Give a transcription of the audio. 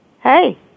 hey